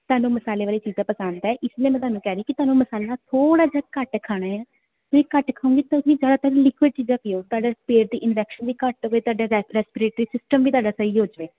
ਥਾਨੂੰ ਮਸਾਲੇ ਵਾਲੀ ਚੀਜ਼ਾਂ ਪਸੰਦ ਹੈ ਇਸਮੇਂ ਮੈਂ ਤੁਹਾਨੂੰ ਕਹਿ ਰਹੀ ਕਿ ਤੁਹਾਨੂੰ ਮਸਾਲਾ ਥੋੜਾ ਜਿਹਾ ਘੱਟ ਖਾਣਾ ਵੀ ਘੱਟ ਖਾਓਗੇ ਤੁਸੀਂ ਜਿਆਦਾਤਰ ਲਿਕੁਅਡ ਚੀਜ਼ਾਂ ਪੀਓ ਤੁਹਾਡੇ ਪੇਟ ਦੀ ਇੰਨਫੈਕਸ਼ਨ ਵੀ ਘੱਟ ਹੋਵੇ ਤੁਹਾਡਾ ਰੈਫਰੈਂਸ ਬਰੇਕ ਦੇ ਸਿਸਟਮ ਵੀ ਤੁਹਾਡਾ ਸਹੀ ਹੋ ਜਵੇ